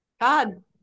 God